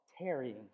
tarrying